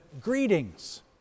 greetings